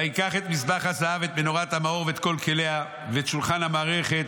וייקח את מזבח הזהב ואת מנורת המאור ואת כל כליה: ואת שולחן המערכת